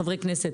חברי הכנסת,